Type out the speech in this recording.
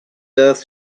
earth